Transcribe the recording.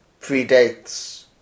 predates